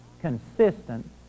consistent